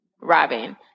Robin